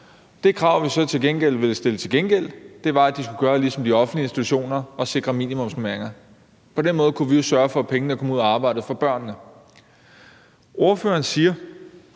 Det krav, som vi så til gengæld ville stille, var, at de skulle gøre ligesom de offentlige institutioner og sikre minimumsnormeringer. På den måde kunne vi jo sørge for, at pengene kom ud at arbejde for børnene. Ordføreren siger,